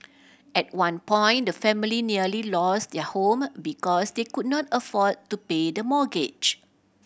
at one point the family nearly lost their home because they could not afford to pay the mortgage